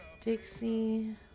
Dixie